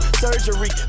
surgery